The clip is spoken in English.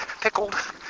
pickled